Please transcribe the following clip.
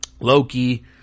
Loki